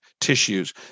tissues